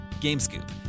GameScoop